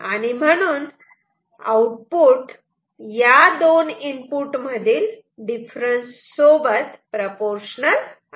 आणि म्हणून आउटपुट या दोन इनपुट मधील डिफरन्स सोबत प्रोपोर्शनल आहे